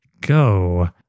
go